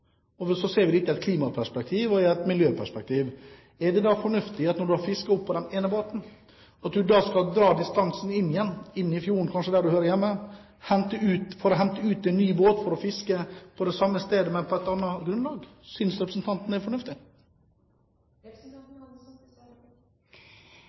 vi så ser dette i et miljø/klimaperspektiv, synes representanten det er fornuftig at når du har fisket med den ene båten, skal du dra distansen inn igjen – kanskje inn fjorden der du hører hjemme – for å hente en ny båt for å fiske på det samme stedet, men på et annet grunnlag? For det første har jeg lyst til å si at jeg er